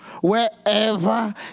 wherever